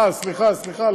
אה, סליחה, סליחה.